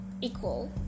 equal